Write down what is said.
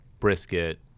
Brisket